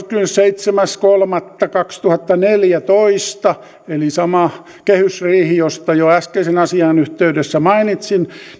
kahdeskymmenesseitsemäs kolmatta kaksituhattaneljätoista eli samassa kehysriihessä josta jo äskeisen asian yhteydessä mainitsin